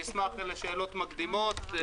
אשמח לשאלות מקדימות.